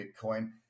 Bitcoin